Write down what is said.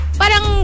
parang